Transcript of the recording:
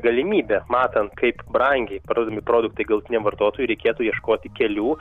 galimybė matant kaip brangiai parduodami produktai galutiniam vartotojui reikėtų ieškoti kelių